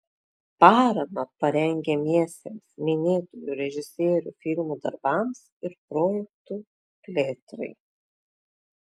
paramą parengiamiesiems minėtųjų režisierių filmų darbams ir projektų plėtrai